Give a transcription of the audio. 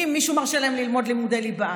אם מישהו מרשה להם ללמוד לימודי ליבה.